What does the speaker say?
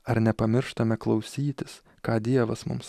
ar nepamirštame klausytis ką dievas mums